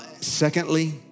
Secondly